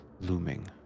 looming